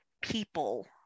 people